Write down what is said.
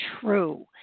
true